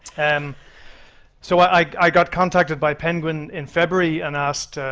and so i i got contacted by penguin in february, and asked,